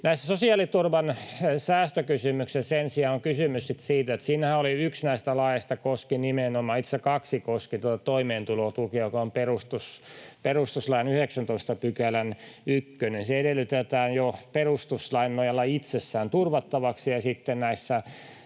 sosiaaliturvan säästökysymyksessä sen sijaan on kysymys sitten siitä, että siinähän yksi näistä laeista koski nimenomaan, itse asiassa kaksi koski, toimeentulotukea, joka on perustuslain 19 §:n ykkönen. Se edellytetään jo perustuslain nojalla itsessään turvattavaksi